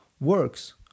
works